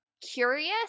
curious